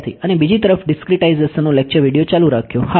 વિદ્યાર્થી અને બીજી તરફ ડીસ્ક્રીટાઝેશનનો લેક્ચર વીડિયો ચાલુ રાખ્યો